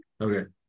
Okay